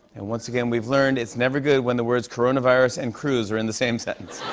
and once again, we've learned it's never good when the words coronavirus and cruz are in the same sentence.